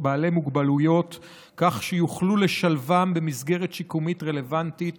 בעלי מוגבלויות כך שיוכלו לשלבם במסגרת שיקומית רלוונטית